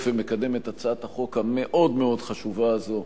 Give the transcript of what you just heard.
ומקדם את הצעת החוק המאוד-מאוד חשובה הזו,